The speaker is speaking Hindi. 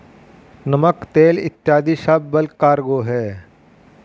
नमक, तेल इत्यादी सब बल्क कार्गो हैं